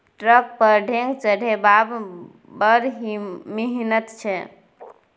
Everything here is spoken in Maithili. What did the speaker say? ट्रक पर ढेंग चढ़ेबामे बड़ मिहनत छै